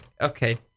Okay